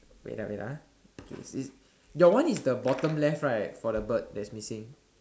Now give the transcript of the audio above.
wait ah wait ah okay your one is the bottom right for the bird that's missing